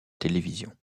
télévision